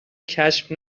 کشف